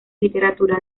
literatura